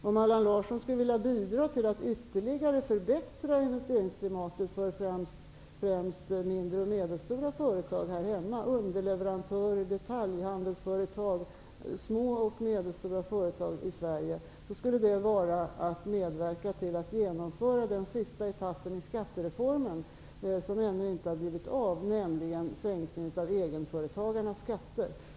Om Allan Larsson skulle vilja bidra till att ytterligare förbättra investeringsklimatet för främst mindre och medelstora företag - skulle det vara att medverka till att genomföra den sista etappen av skattereformen, som ännu inte har blivit av, nämligen sänkningen av egenföretagarnas skatter.